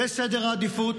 זה סדר העדיפויות,